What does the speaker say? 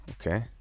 Okay